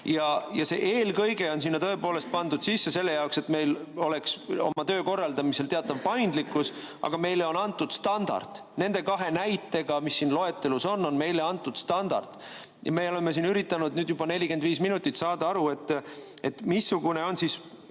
See "eelkõige" on sinna tõepoolest pandud sisse selle jaoks, et meil oleks oma töö korraldamisel teatav paindlikkus, aga meile on antud standard. Nende kahe näitega, mis siin loetelus on, on meile antud standard. Me oleme siin üritanud nüüd juba 45 minutit saada aru, missugune on siis,